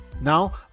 Now